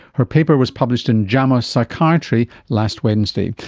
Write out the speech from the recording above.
her paper was published in jama psychiatry last wednesday.